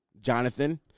Jonathan